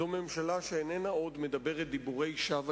זאת ממשלה שאיננה מדברת עוד דיבורי שווא